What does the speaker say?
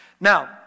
Now